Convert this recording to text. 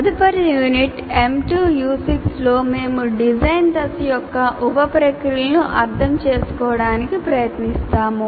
తదుపరి unit M2 U6 లో మేము డిజైన్ దశ యొక్క ఉప ప్రక్రియలను అర్థం చేసుకోవడానికి ప్రయత్నిస్తాము